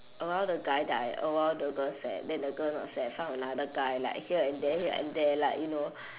a while the guy die a while the girl sad then the girl not sad found another guy like here and there here and there like you know